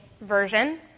version